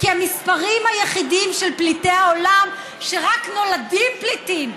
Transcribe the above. כי המספרים היחידים של פליטי העולם שרק נולדים פליטים,